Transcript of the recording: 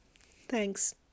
Thanks